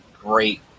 great